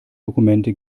dokumente